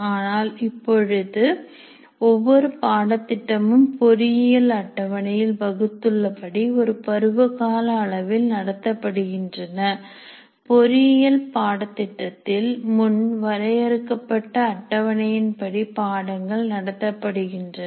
ஆனால் இப்பொழுது ஒவ்வொரு பாடத்திட்டமும் பொறியியல் அட்டவணையில் வகுத்துள்ளபடி ஒரு பருவ கால அளவில் நடத்தப்படுகின்றன பொறியியல் பாடத்திட்டத்தில் முன் வரையறுக்கப்பட்ட அட்டவணையின் படி பாடங்கள் நடத்தப்படுகின்றன